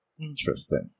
interesting